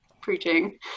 preaching